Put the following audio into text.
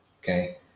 Okay